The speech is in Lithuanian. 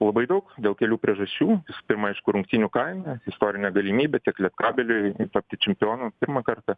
labai daug dėl kelių priežasčių visų pirma aišku rungtynių kaina istorinė galimybė tiek lietkabeliui tapti čempionu pirmą kartą